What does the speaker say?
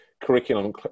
curriculum